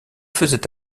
faisait